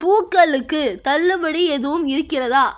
பூக்களுக்கு தள்ளுபடி எதுவும் இருக்கிறதா